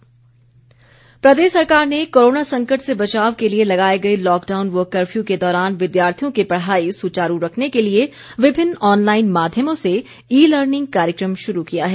ई learning प्रदेश सरकार ने कोरोना संकट से बचाव के लिए लगाए गए लॉकडाउन व कर्फ्यू के दौरान विद्यार्थियों की पढ़ाई सुचारू रखने के लिए विभिन्न ऑनलाईन माध्यमों से ई लर्निंग कार्यक्रम शुरू किया है